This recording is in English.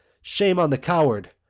shame on the coward,